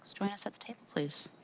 so join us at the table, please.